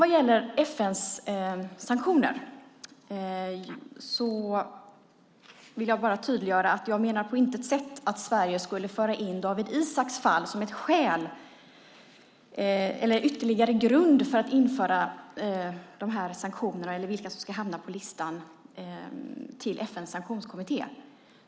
Vad gäller FN:s sanktioner menar jag på intet sätt att Sverige ska föra in fallet Dawit Isaak som ett skäl eller en ytterligare grund för vilka som ska hamna på listan till FN:s sanktionskommitté.